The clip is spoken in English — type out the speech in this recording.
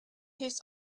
his